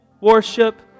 worship